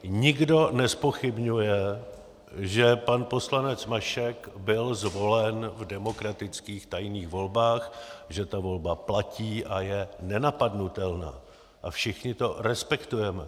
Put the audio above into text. Za druhé, nikdo nezpochybňuje, že pan poslanec Mašek byl zvolen v demokratických tajných volbách, že ta volba platí a je nenapadnutelná, a všichni to respektujeme.